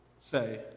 say